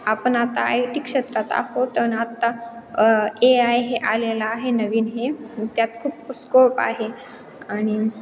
आपण आता I T क्षेत्रात आहोत आणि आत्ता ए आय हे आलेलं आहे नवीन हे त्यात खूप स्कोप आहे आणि